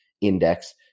index